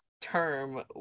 term